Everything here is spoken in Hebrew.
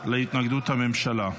התנגדות הממשלה.